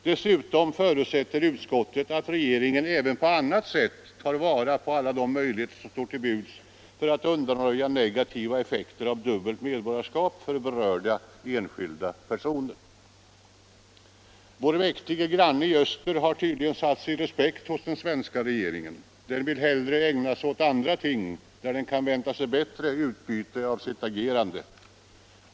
Dessutom förutsätter utskottet att regeringen även på annat sätt tar till vara alla de möjligheter som står till buds att undanröja negativa effekter av dubbelt medborgarskap för berörda enskilda personer.” Vår mäktige granne i öster har tydligen satt sig i respekt hos den svenska regeringen. Regeringen vill hellre ägna sig åt andra ting, där den kan vänta sig bättre utbyte av sitt agerande.